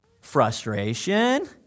Frustration